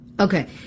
Okay